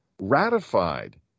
ratified